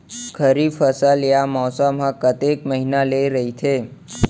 खरीफ फसल या मौसम हा कतेक महिना ले रहिथे?